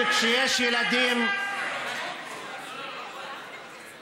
זאת בושה שאתה מדבר על קרן קיימת לישראל.